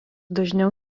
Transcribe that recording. dažniau